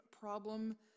problem